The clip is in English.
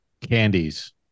candies